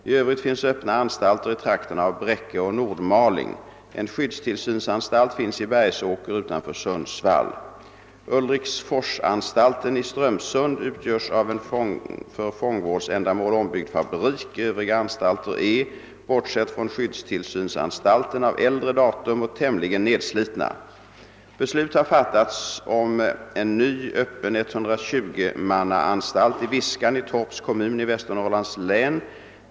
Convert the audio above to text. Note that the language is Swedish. I övrigt finns öppna anstalter i trakterna av Bräcke och Nordmaling. En skyddstillsynsanstalt finns i Bergsåker utanför Sundsvall. Ulriksforsanstalten i Strömsund utgörs av en för fångvårdsändamål ombyggd fabrik. Övriga anstalter är — bortsett från skyddstillsynsanstalten — av äldre datum och tämligen nedslitna. Beslut har fattats om en ny öppen 120-mannaanstalt i Viskan i Torps kommun av Västernorrlands län.